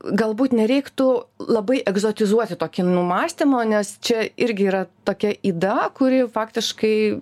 galbūt nereiktų labai egzotizuoti to kinų mąstymo nes čia irgi yra tokia yda kuri faktiškai